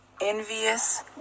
envious